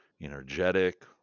energetic